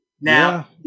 Now